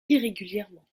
irrégulièrement